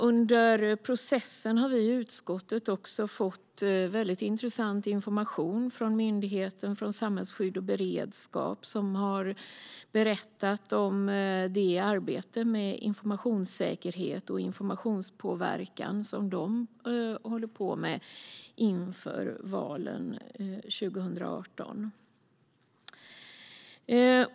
Under processen har vi i utskottet fått intressant information från Myndigheten för samhällsskydd och beredskap, som har berättat om det arbete med informationssäkerhet och informationspåverkan som de håller på med inför valen 2018.